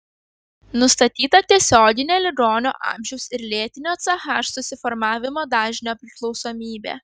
nustatyta tiesioginė ligonio amžiaus ir lėtinio ch susiformavimo dažnio priklausomybė